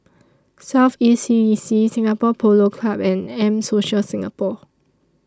South East E C Singapore Polo Club and M Social Singapore